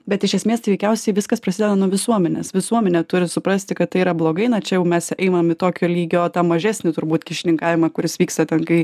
bet iš esmės tai veikiausiai viskas prasideda nuo visuomenės visuomenė turi suprasti kad tai yra blogai na čia jau mes einam į tokio lygio tą mažesnį turbūt kyšininkavimą kuris vyksta ten kai